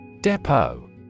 Depot